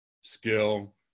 skill